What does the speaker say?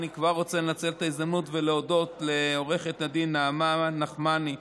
אני כבר רוצה לנצל את ההזדמנות ולהודות לעו"ד נעמה מנחמי,